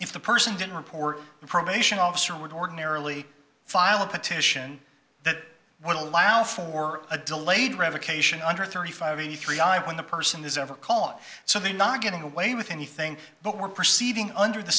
if the person didn't report the probation officer would ordinarily file a petition that would allow for a delayed revocation under thirty five eighty three i when the person is ever caught so they're not getting away with anything but we're proceeding under the